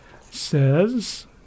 says